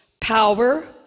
power